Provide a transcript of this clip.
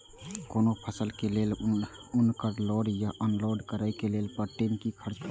कोनो फसल के लेल उनकर लोड या अनलोड करे के लेल पर टन कि खर्च परत?